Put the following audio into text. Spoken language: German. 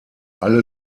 alle